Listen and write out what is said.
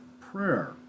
prayer